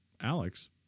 Alex